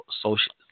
social